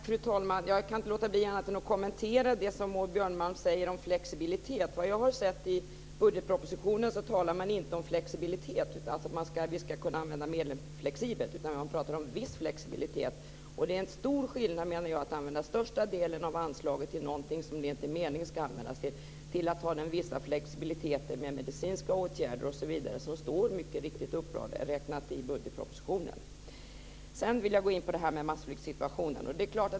Fru talman! Jag kan inte låta bli att kommentera det Maud Björnemalm säger om flexibilitet. Såvitt jag vet talar man i budgetpropositionen inte om flexibilitet, dvs. att vi ska kunna använda medlen flexibelt. Man talar om viss flexibilitet. Jag menar att det är en stor skillnad att använda största delen av anslaget till något som det inte är meningen att det ska användas för till att ha en viss flexibilitet med medicinska åtgärder osv., som mycket riktigt står uppräknat i budgetpropositionen. Sedan vill jag gå in på massflyktssituationen.